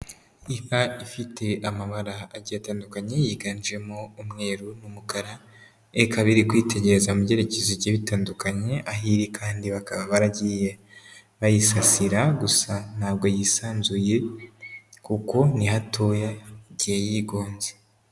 Inka ifite amabara agiye antandukanye yiganjemo umweru n'umukara ikaba iri kwitegereza mubyerekezo bigiye bitandukanye aho iri kandi bakaba baragiye bayisasira gusa ntabwo yisanzuye kuko ni hatoya igiye yigonze.